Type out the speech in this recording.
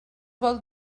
vol